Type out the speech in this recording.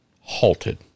halted